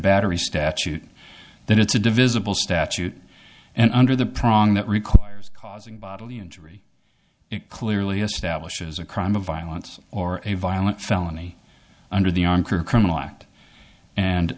battery statute that it's a divisible statute and under the prong that requires causing bodily injury it clearly establishes a crime of violence or a violent felony under the on career criminal act and